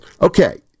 Okay